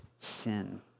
sin